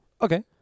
Okay